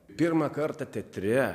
pirmą kartą teatre